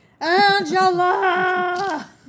Angela